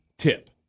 tip